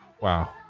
wow